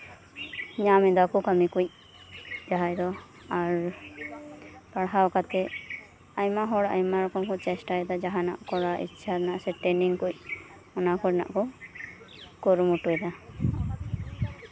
ᱧᱟᱢ ᱫᱟᱠᱚ ᱠᱟᱹᱢᱤ ᱠᱩᱡ ᱡᱟᱦᱟᱸᱭ ᱫᱚ ᱟᱨ ᱯᱟᱲᱦᱟᱣ ᱠᱟᱛᱮ ᱟᱭᱢᱟ ᱦᱚᱲ ᱟᱭᱢᱟ ᱞᱮᱠᱟ ᱠᱚ ᱪᱮᱥᱴᱟᱭᱫᱟ ᱡᱟᱦᱟᱸᱱᱟᱜ ᱠᱚᱨᱟᱣ ᱤᱪᱪᱷᱟᱹ ᱥᱮ ᱴᱨᱮᱱᱝ ᱠᱩᱡ ᱚᱱᱟ ᱠᱚᱨᱮᱱᱟᱜ ᱠᱚ ᱠᱩᱨᱩᱢᱩᱴᱩᱭ ᱫᱟ